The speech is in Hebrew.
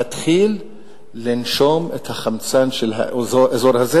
להתחיל לנשום את החמצן של האזור הזה